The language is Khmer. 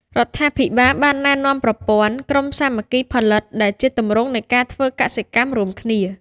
រដ្ឋាភិបាលបានណែនាំប្រព័ន្ធ ក្រុមសាមគ្គីផលិត ដែលជាទម្រង់នៃការធ្វើកសិកម្មរួមគ្នា។